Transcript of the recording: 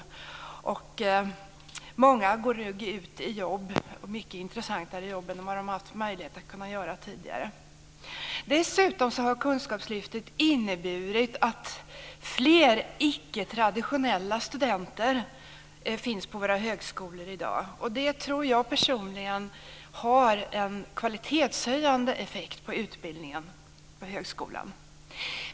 Många går ut i jobb och mycket intressantare jobb än vad de har haft möjlighet till tidigare. Dessutom har Kunskapslyftet inneburit att fler icke traditionella studenter finns på våra högskolor i dag. Det tror jag personligen har en kvalitetshöjande effekt på utbildningen på högskolan.